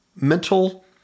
mental